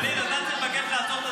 ואליד, אתה צריך לבקש לעצור את הזמן.